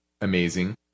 amazing